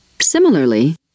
Similarly